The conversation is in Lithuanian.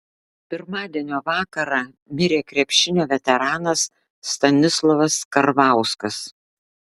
pirmadienio vakarą mirė krepšinio veteranas stanislovas karvauskas